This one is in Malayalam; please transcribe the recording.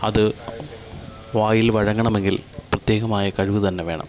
അത് വായിൽ വഴങ്ങണമെങ്കിൽ പ്രത്യേകമായ കഴിവ് തന്നെ വേണം